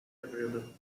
favorable